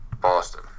Boston